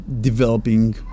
developing